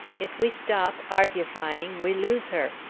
if we stop argyfying we lose her.